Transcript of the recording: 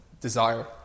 desire